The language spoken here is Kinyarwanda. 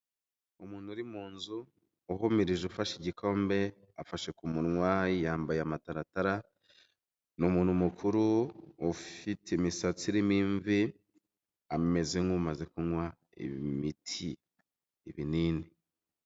Umuntu uri mu nzu uhumirije ufashe igikombe, afashe ku munwa yambaye amataratara, n'umuntu mukuru ufite imisatsi irimo imvi, ameze nk'umaze kunywa imiti ibinini.